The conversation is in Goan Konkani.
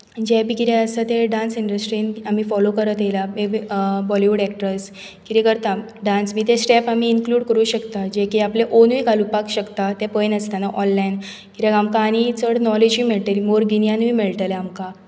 जें बी कितें आसा तें डांस इंडस्ट्रीन आमी फॉलो करीत येयल्यात मेयबी बॉलीवुड एक्ट्रेस कितें करतात ते स्टेप आमी इनक्ल्युड करूंक शकतात जे कितें आपले ओनूय घालूंक शकतात ते पळयनासतना ऑनलायन कित्याक आमकां आनीक चड नॉलेजूय मेळटली मोर गिन्यानूय मेळटले आमकां